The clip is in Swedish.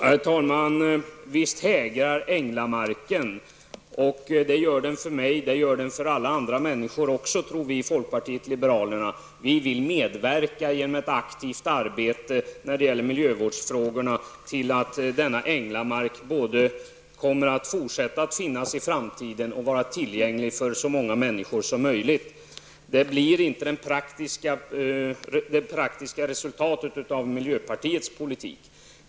Herr talman! Visst hägrar änglamarken för mig och för alla andra människor också, tror vi i folkpartiet liberalerna. Vi vill genom ett aktivt arbete i miljövårdsfrågorna medverka till att denna änglamark fortsätter att finnas i framtiden och fortsätter att vara tillgänglig för så många människor som möjligt. Men det blir inte det praktiska resultatet av miljöpartiets politik.